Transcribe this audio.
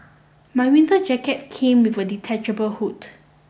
my winter jacket came with a detachable hood